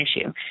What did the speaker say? issue